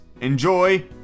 enjoy